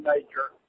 Nature